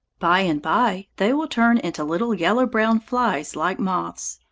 by-and-by they will turn into little yellow-brown flies like moths.